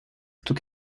took